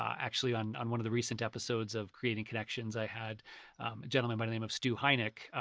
actually, on on one of the recent episodes of creation connections i had a gentleman by the name of stu heinecke,